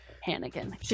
Hannigan